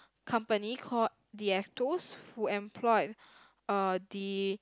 company called Dietos who employed uh the